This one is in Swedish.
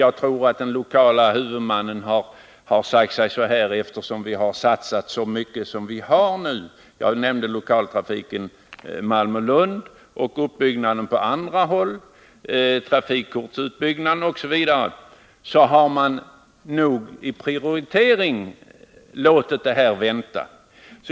Jag tror att den lokala huvudmannen har sagt så här: Vi har satsat så mycket — jag nämnde lokaltrafiken Malmö-Lund, uppbyggnaden på andra håll, trafikkortsutbygganden osv. — så vi kan nog inte prioritera det här utan får låta det vänta.